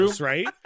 right